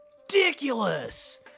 ridiculous